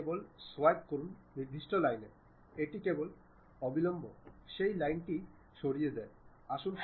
যদি আমি OK click করি তবে এটি এই বিভাগটি স্থির হয় সম্ভবত আমি এই বিভাগটি উপর নীচে তৈরি করতে চাই